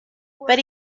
but